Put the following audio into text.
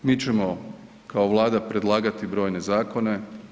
Mi ćemo kao Vlada predlagati brojne zakone.